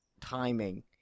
timing